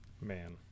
man